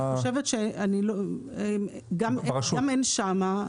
אני אומרת, אני חושבת, גם אין שם.